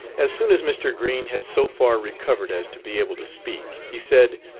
as soon as mr. green had so far recovered as to be able to speak, he said,